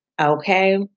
Okay